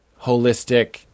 holistic